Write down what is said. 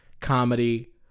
comedy